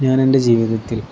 ഞാൻ എൻ്റെ ജീവിതത്തിൽ